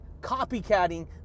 copycatting